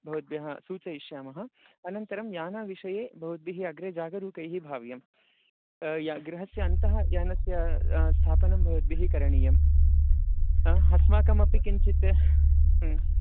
भवद्भ्यः सूचयिष्यामः अनन्तरं यानविषये भवद्भिः अग्रे जागरूकैः भाव्यं या गृहस्य अन्तः यानस्य स्थापनं भवद्भिः करणीयं अस्माकमपि किञ्चित्